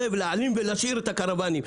להרים ולהשאיר את הקרוואנים.